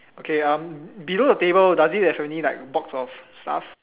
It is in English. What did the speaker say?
okay uh below the table does it have any box of stuff